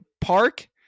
Park